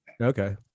Okay